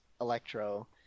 Electro